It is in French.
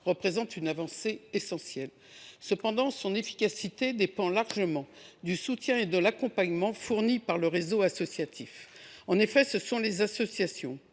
constitue une avancée essentielle. Cependant, l’efficacité de ce dispositif dépend largement du soutien et de l’accompagnement fournis par le réseau associatif. En effet, ce sont les associations,